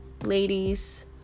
ladies